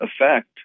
effect